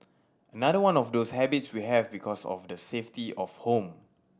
another one of those habits we have because of the safety of home